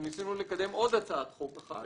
שניסינו לקדם הצעת חוק נוספת,